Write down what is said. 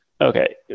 okay